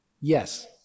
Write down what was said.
Yes